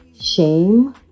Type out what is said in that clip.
shame